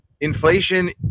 inflation